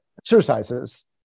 exercises